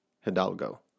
Hidalgo